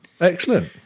excellent